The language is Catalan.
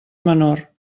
menor